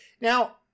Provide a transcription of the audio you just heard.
now